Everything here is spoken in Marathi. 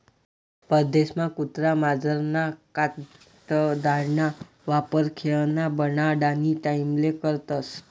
परदेसमा कुत्रा मांजरना कातडाना वापर खेयना बनाडानी टाईमले करतस